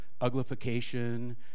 uglification